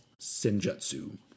Senjutsu